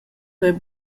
duei